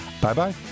Bye-bye